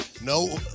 No